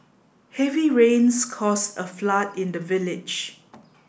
heavy rains cause a flood in the village